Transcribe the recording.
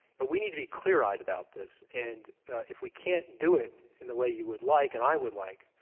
but we need to be clear eyed about this. and if we can't do it in the way you would like and i would like,